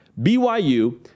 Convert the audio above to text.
BYU